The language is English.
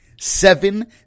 Seven